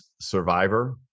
survivor